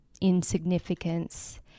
insignificance